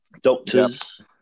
doctors